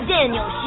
Daniel